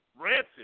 rancid